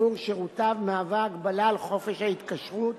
בעבור שירותיו מהווה הגבלה על חופש ההתקשרות,